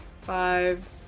five